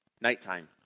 Nighttime